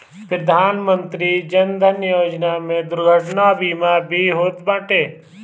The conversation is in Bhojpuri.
प्रधानमंत्री जन धन योजना में दुर्घटना बीमा भी होत बाटे